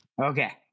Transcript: Okay